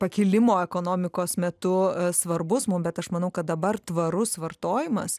pakilimo ekonomikos metu svarbus mum bet aš manau kad dabar tvarus vartojimas